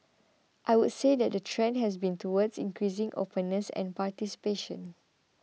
I would say that the trend has been towards increasing openness and participation